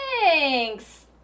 Thanks